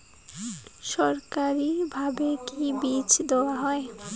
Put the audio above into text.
সরকারিভাবে কি বীজ দেওয়া হয়?